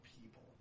people